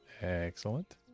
excellent